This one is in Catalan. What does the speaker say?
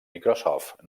microsoft